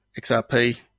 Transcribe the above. xrp